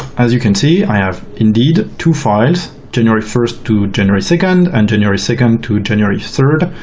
as you can see i have indeed two files, january first to january second, and january second to january third.